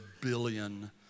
billion